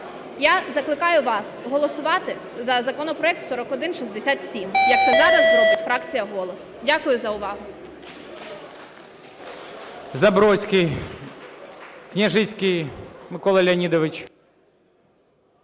Я закликаю вас голосувати за законопроект 4167, я це зараз зробить фракція "Голос". Дякую за увагу.